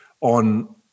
on